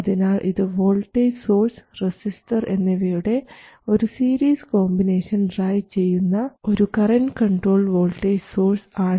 അതിനാൽ ഇത് voltage source resistor എന്നിവയുടെ ഒരു സീരീസ് കോംബിനേഷൻ ഡ്രൈവ് ചെയ്യുന്ന ഒരു കറൻറ് കൺട്രോൾഡ് വോൾട്ടേജ് സോഴ്സ് ആണ്